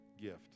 gift